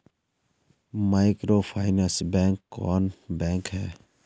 Microfinance bank कौन bank है?